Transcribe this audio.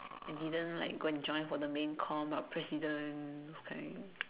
I didn't like go and join for the main com like president those kind